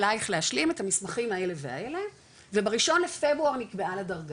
עלייך להשלים את המסמכים האלה והאלה וב-1 לפברואר נקבעה לה דרגה,